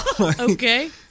Okay